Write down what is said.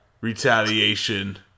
retaliation